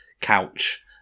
couch